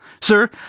Sir